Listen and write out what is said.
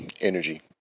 energy